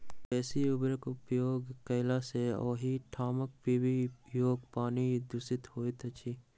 बेसी उर्वरकक प्रयोग कयला सॅ ओहि ठामक पीबा योग्य पानि दुषित होइत छै